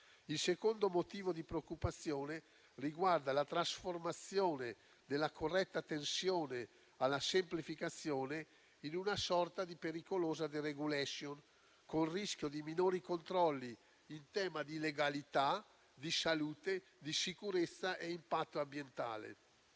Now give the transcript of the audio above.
Il secondo motivo di preoccupazione riguarda la trasformazione della corretta tensione alla semplificazione in una sorta di pericolosa *deregulation,* con il rischio di sottoporre a minori controlli la legalità, la salute, la sicurezza e l'impatto ambientale;